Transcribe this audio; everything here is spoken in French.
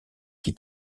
qui